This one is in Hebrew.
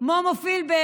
מומו פילבר